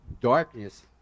darkness